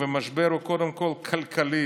ומשבר הוא קודם כול כלכלי,